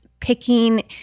picking